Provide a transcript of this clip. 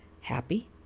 happy